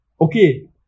okay